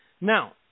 Now